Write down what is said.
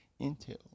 intel